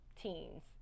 teens